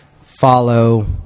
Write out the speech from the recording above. follow